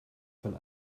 von